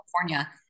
California